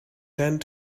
tend